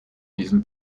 diesem